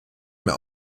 mehr